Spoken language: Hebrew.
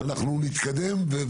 אנחנו נתקדם.